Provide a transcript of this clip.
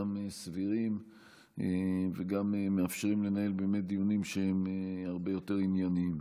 גם סבירים וגם מאפשרים לנהל דיונים הרבה יותר ענייניים.